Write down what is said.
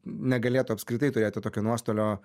negalėtų apskritai turėti tokio nuostolio